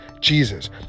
Jesus